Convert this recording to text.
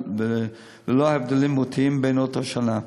ללא הבדלים מהותיים בין עונות השנה.